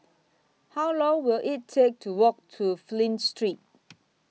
How Long Will IT Take to Walk to Flint Street